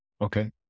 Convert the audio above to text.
Okay